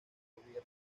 gobierno